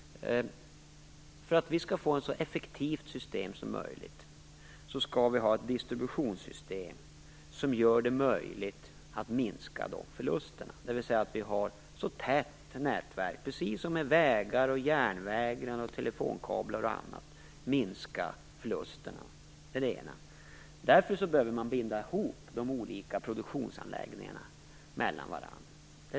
För att vi skall få ett så effektivt system som möjligt, skall vi ha ett distributionssystem som gör det möjligt att minska de förlusterna. Vi skall ha ett tätt nätverk - precis som med vägar, järnväg, telefonkablar och annat - för att minska förlusterna. Det är det ena. Därför behöver man binda ihop de olika produktionsanläggningarna med varandra.